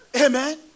Amen